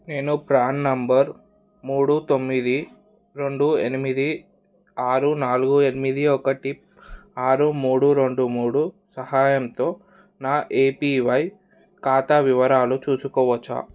నేను PRAN number మూడు తొమ్మిది రెండు ఎనిమిది ఆరు నాలుగు ఎనిమిది ఒకటి ఆరు మూడు రెండు మూడు సహాయంతో నా ఏపీవై ఖాతా వివరాలు చూసుకోవచ్చా